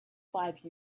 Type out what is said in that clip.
five